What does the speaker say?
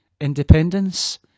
independence